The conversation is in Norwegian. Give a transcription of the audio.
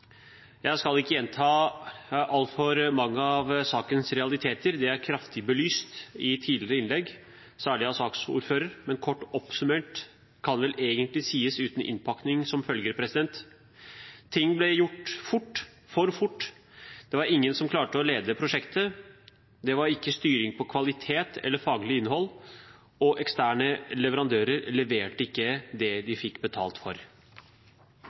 Jeg skal ikke gjenta altfor mange av sakens realiteter. Det er kraftig belyst i tidligere innlegg, særlig av saksordføreren, men kort oppsummert kan det vel egentlig sies uten innpakning som følger: Ting ble gjort for fort. Det var ingen som klarte å lede prosjektet. Det var ikke styring på kvalitet eller faglig innhold, og eksterne leverandører leverte ikke det de fikk betalt for.